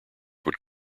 would